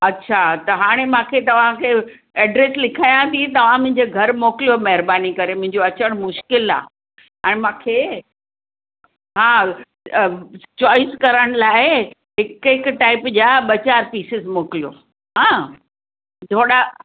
अच्छा त हाणे मूंखे तव्हांखे एड्रेस लिखायां थी तव्हां मुंहिंजे घरि मोकिलियो महिरबानी करे मुंहिंजो अचणु मुश्किलु आहे हाणे मूंखे हा चॉइस करण लाइ हिकु हिकु टाइप जा ॿ चारि पीसिस मोकिलियो हा थोरा